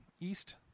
east